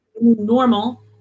Normal